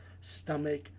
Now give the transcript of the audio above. stomach